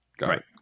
Right